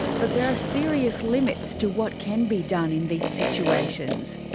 but there are serious limits to what can be done in these situations.